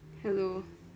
hello